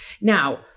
Now